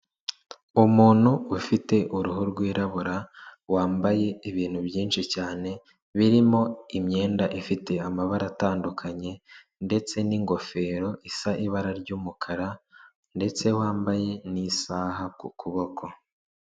Umuntu ufite uruhu rwirabura, wambaye ibintu byinshi cyane, birimo imyenda ifite amabara atandukanye ndetse n'ingofero isa ibara ry'umukara ndetse wambaye n'isaha ku kuboko.